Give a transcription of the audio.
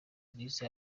rwiza